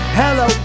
hello